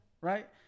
Right